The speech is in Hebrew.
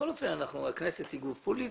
בכל אופן, הכנסת היא גוף פוליטי.